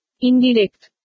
Indirect